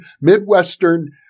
Midwestern